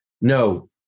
no